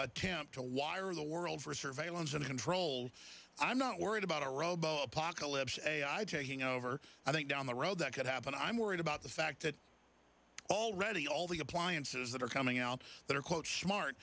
attempt to wire the world for surveillance and control i'm not worried about a robo apocalypse a taking over i think down the road that could happen i'm worried about the fact that already all the appliances that are coming out that are quote smart